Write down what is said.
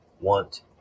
want